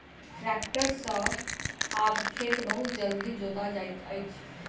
tractor सॅ आब खेत बहुत जल्दी जोता जाइत अछि